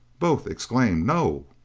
both exclaimed no!